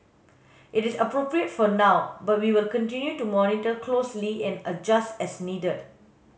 it is appropriate for now but we will continue to monitor closely and adjust as needed